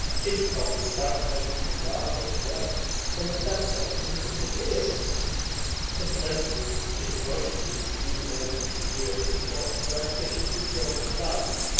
chichikov was about to make some remark or another when the stout gentleman disappeared and presently his drozhki re-emerged into view at the spot where the fish had been drawn to land,